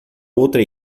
outra